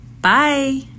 Bye